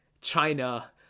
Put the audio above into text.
China